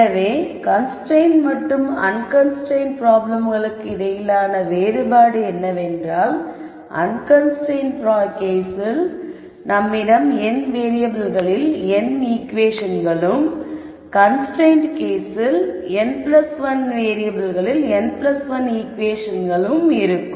எனவே கன்ஸ்ரைன்ட் மற்றும் அன்கன்ஸ்ரைன்ட் ப்ராப்ளம்களுக்கு இடையிலான வேறுபாடு என்னவென்றால் அன்கன்ஸ்ரைன்ட் கேஸில் நம்மிடம் n வேறியபிள்களில் n ஈகுவேஷன்களும் கன்ஸ்ரைன்ட் கேஸில் n1 வேறியபிள்களில் n1 ஈகுவேஷன்களும் கொண்டிருக்கும்